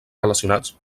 relacionats